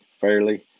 fairly